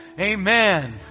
Amen